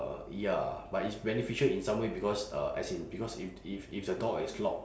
uh ya but it's beneficial in some way because uh as in because if if if the door is locked